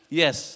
yes